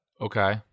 okay